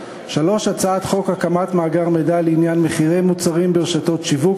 3. הצעת חוק הקמת מאגר מידע לעניין מחירי מוצרים ברשתות שיווק,